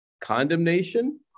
condemnation